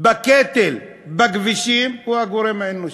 לקטל בכבישים היא הגורם האנושי,